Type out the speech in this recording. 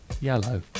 Yellow